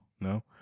No